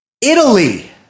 Italy